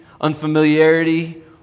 unfamiliarity